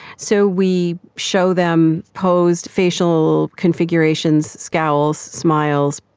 so we show them posed facial configurations, scowls, smiles,